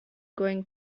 going